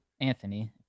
Anthony